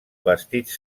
vestits